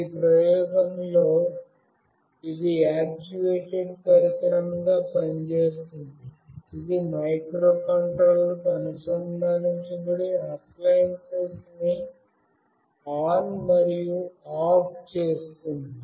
ఈ ప్రయోగంలో ఇది యాక్చువేటెడ్ పరికరంగా పనిచేస్తోంది ఇది మైక్రోకంట్రోలర్ కు అనుసంధానించబడి అప్లియన్సు ని ఆన్ మరియు ఆఫ్ చేస్తుంది